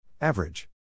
Average